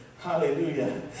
hallelujah